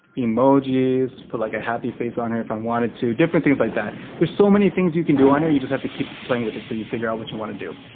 emojis, put like a happy face on here if i wanted to. different things like that. there's so many things you can do on you just have to keep playing with it so you figure out what you want to do.